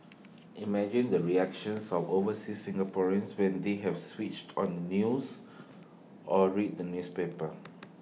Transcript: imagine the reactions of overseas Singaporeans when they have switched on the news or read the newspapers